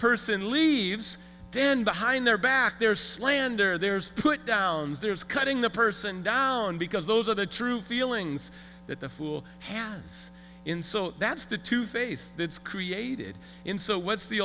person leaves then behind their back their slander there's put downs there is cutting the person down because those are the true feelings that the fool hands in so that's the two face that's created in so what's the